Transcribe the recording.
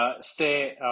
stay